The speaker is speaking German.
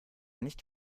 nicht